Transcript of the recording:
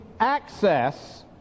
access